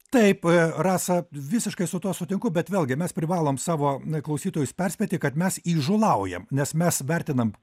taip rasa visiškai su tuo sutinku bet vėlgi mes privalom savo klausytojus perspėti kad mes įžūlaujam nes mes vertinam